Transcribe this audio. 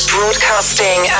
Broadcasting